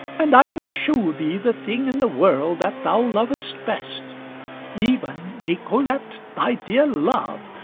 and i will shew thee the thing in the world that thou lovest best even nicolete thy dear love,